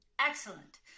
Excellent